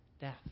death